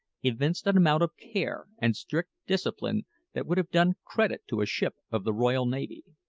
evinced an amount of care and strict discipline that would have done credit to a ship of the royal navy.